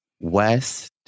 West